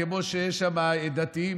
כמו שיש שם דתיים,